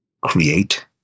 create